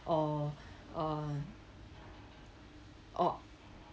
or uh or